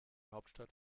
hauptstadt